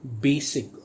basic